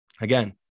Again